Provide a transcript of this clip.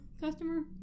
customer